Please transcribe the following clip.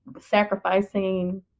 sacrificing